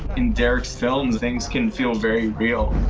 in derek's films things can feel very real.